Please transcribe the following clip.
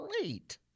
great